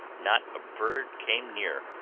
not a bird came near.